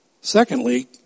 Secondly